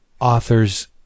authors